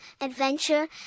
adventure